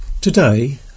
Today